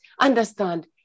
understand